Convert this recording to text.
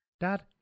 Dad